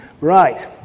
Right